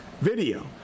video